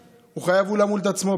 הוא חייב למול את עצמו,